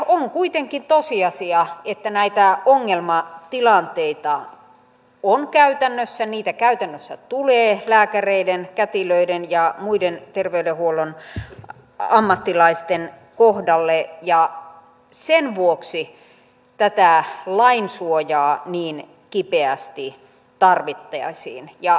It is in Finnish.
on kuitenkin tosiasia että näitä ongelmatilanteita on käytännössä niitä käytännössä tulee lääkäreiden kätilöiden ja muiden terveydenhuollon ammattilaisten kohdalle ja sen vuoksi tätä lainsuojaa niin kipeästi tarvittaisiin